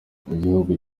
igihugu